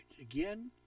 again